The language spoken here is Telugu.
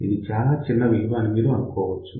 ఇది చాలా చిన్న విలువ అని మీరు అనుకోవచ్చు